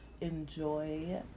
enjoy